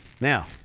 now